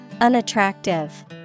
Unattractive